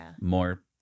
more